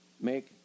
make